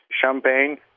champagne